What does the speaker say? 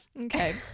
Okay